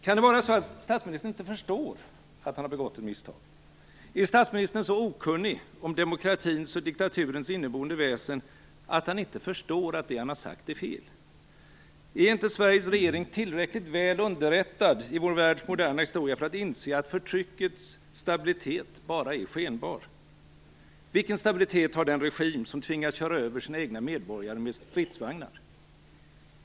Kan det vara så att statsministern inte förstår att han har begått ett misstag? Är statsministern så okunnig om demokratins och diktaturens inneboende väsen att han inte förstår att det som han har sagt är fel? Är inte Sveriges regering tillräckligt väl underrättad i vår världs moderna historia för att inse att förtryckets stabilitet bara är skenbar? Vilken stabilitet har den regim som tvingas köra över sina egna medborgare med stridsvagnar?